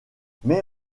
mais